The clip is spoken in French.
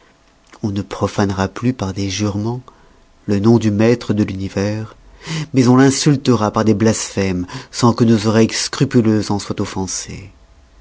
on ne profanera plus par des juremens le nom du maître de l'univers mais on l'insultera par des blasphèmes sans que nos oreilles scrupuleuses en soient offensées